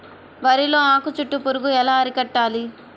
వరిలో ఆకు చుట్టూ పురుగు ఎలా అరికట్టాలి?